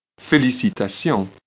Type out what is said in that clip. Félicitations